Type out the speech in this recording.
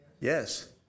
Yes